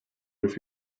with